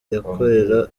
yakorera